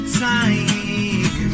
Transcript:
time